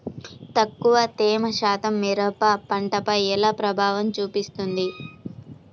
తక్కువ తేమ శాతం మిరప పంటపై ఎలా ప్రభావం చూపిస్తుంది?